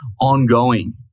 ongoing